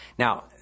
Now